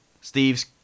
Steve's